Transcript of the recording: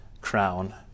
crown